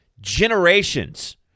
generations